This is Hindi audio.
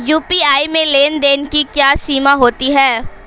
यू.पी.आई में लेन देन की क्या सीमा होती है?